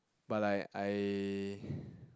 but like I